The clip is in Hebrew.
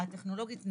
השכלה הטכנולוגית,